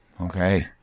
okay